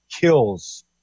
kills